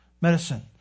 Medicine